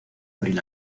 abril